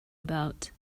about